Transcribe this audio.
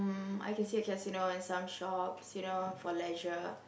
um I can see a casino and some shops you know for leisure